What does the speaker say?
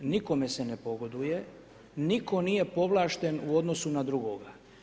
Nikome se ne pogoduje, niko nije povlašten u odnosu na drugoga.